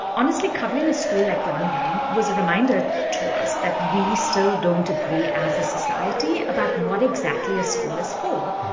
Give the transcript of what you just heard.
honestly, covering a school like ron brown was a reminder to us that we still don't agree as a society about what exactly a school is for.